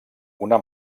una